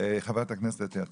חברת הכנסת אתי עטייה.